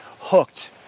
hooked